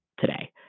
today